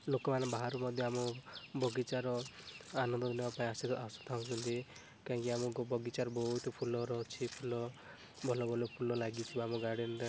ଲୋକମାନେ ବାହାରୁ ମଧ୍ୟ ଆମ ବଗିଚାର ଆନନ୍ଦ ନେବା ପାଇଁ ଆସୁଥାଉଛନ୍ତି କାହିଁକି ଆମକୁ ବଗିଚାର ବହୁତ ଫୁଲର ଅଛି ଫୁଲ ଭଲ ଭଲ ଫୁଲ ଲାଗିଥିବ ଆମ ଗାର୍ଡ଼େନରେ